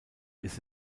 ist